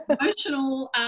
emotional